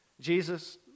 Jesus